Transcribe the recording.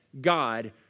God